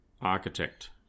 architect